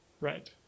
right